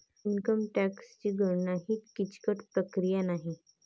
income टॅक्सची गणना ही किचकट प्रक्रिया नाही